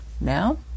Now